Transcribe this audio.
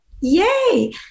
Yay